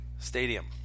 Stadium